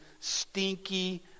stinky